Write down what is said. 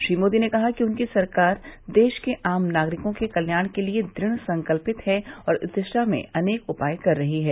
श्री मोदी ने कहा कि उनकी सरकार देश के आम नागरिकों के कल्याण के लिए द्रद्वसंकल्पित है और इस दिशा में अनेक उपाय कर रही है